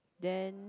then